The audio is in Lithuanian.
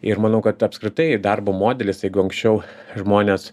ir manau kad apskritai darbo modelis jeigu anksčiau žmonės